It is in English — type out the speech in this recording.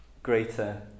greater